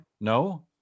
No